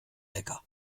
lecker